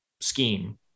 scheme